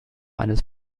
eines